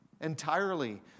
entirely